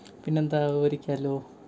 പിന്നെന്താ വിവരിക്കാമല്ലോ